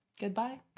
Goodbye